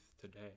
today